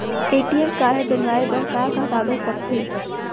ATM card बनवाये बर का का कागज लगथे?